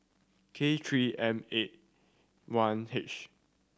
K Three M eight one H